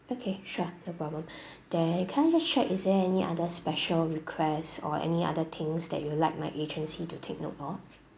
okay sure no problem then can I just check is there any other special requests or any other things that you'd like my agency to take note of